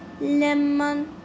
Lemon